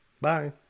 Bye